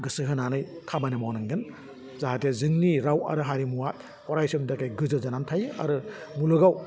गोसो होनानै खामानि मावनांगोन जाहथे जोंनि राव आरो हारिमुवा अराय समनि थाखाय गोजोर जानानै थायो आरो मुलुगाव